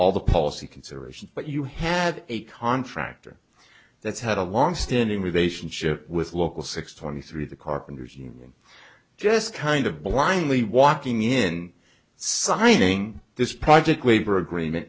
all the policy considerations but you have a contractor that's had a longstanding relationship with local six twenty three the carpenters union just kind of blindly walking in signing this project waiver agreement